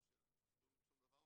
שום 'שיניים', שום דבר.